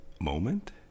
moment